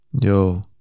Yo